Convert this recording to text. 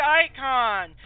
icon